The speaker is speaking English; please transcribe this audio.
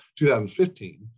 2015